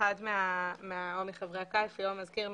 אחד מחברי הקלפי או המזכיר,